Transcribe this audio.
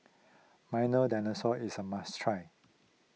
Milo Dinosaur is a must try